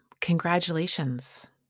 congratulations